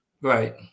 Right